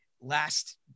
last